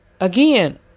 Again